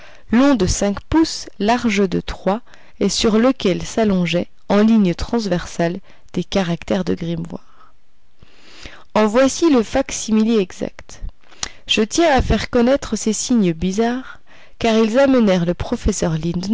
long de cinq pouces large de trois et sur lequel s'allongeaient en lignes transversales des caractères de grimoire en voici le fac-similé exact je tiens à faire connaître ces signes bizarres car ils amenèrent le professeur